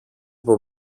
από